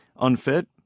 Unfit